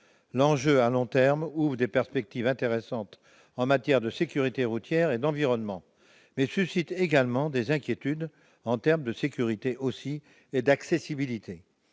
ouvre, à long terme, des perspectives intéressantes en matière de sécurité routière et d'environnement, mais suscite aussi des inquiétudes en termes de sécurité et d'accessibilité.